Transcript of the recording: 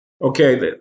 Okay